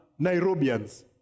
Nairobians